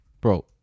Bro